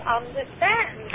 understand